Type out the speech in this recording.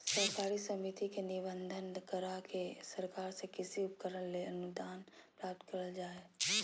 सहकारी समिति के निबंधन, करा के सरकार से कृषि उपकरण ले अनुदान प्राप्त करल जा हई